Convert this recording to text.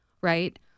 Right